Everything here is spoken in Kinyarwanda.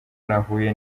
nahuye